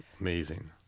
Amazing